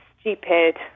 stupid